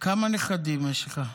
כמה נכדים יש לך?